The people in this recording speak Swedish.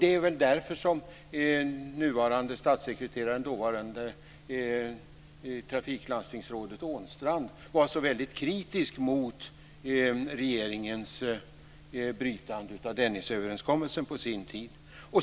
Det är väl därför som den nuvarande statssekreteraren och dåvarande trafiklandstingsrådet Ånstrand var så kritisk mot regeringens brytande av Dennisöverenskommelsen på sin tid.